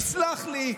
יסלח לי.